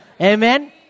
Amen